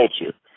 culture